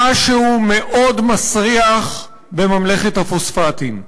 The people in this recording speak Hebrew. משהו מאוד מסריח בממלכת הפוספטים.